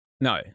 no